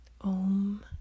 Om